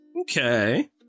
Okay